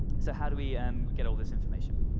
so how do we and get all this information?